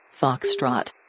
Foxtrot